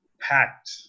packed